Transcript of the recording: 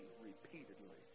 repeatedly